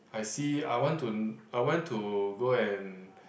I see I want to I want to go and